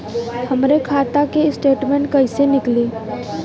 हमरे खाता के स्टेटमेंट कइसे निकली?